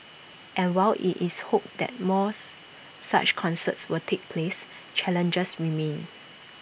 and while IT is hoped that mores such concerts will take place challenges remain